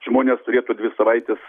žmonės turėtų dvi savaites